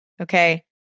Okay